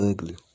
Ugly